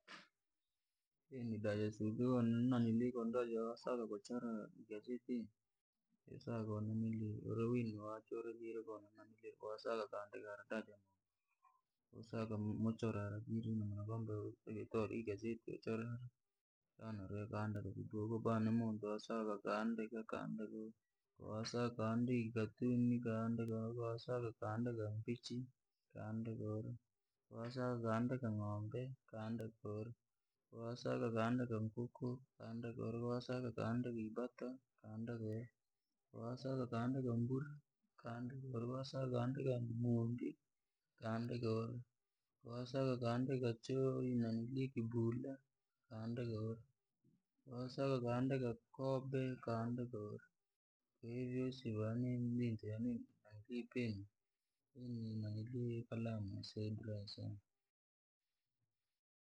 Da susu ko wosaka kuchora igazeti, wosaka uriwi nowachwe kowosaka kandika, wosaka muchora ukatola igazeti ukachore, shana uri wokandika koba nimuntu osakandika ukaandika, kowosa kaandika mpichi, ikatuni kaandika uri, koowosaka kandika mpichi, kaandika uri kuwasaka kaandika ng'oombe kaandikaka uri. kowosaka kandika nkuku kuandika uri, kowosaka kaandika ibata kandika uri, kuwasaka kaandika mburi kaandika uri, kawosaka kaandika muundi kaandika uri, kawosaka kandika ibula kaandika uri, kowosaka kaandika kobe kaandika uri, karyo vyoosiivo yaani kalamu ya saidira sana.